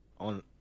On